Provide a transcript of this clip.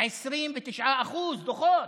29% דוחות,